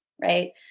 Right